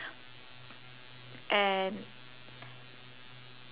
and